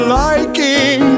liking